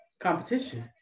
Competition